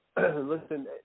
Listen